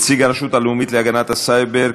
7) (נציג הרשות הלאומית להגנת הסייבר,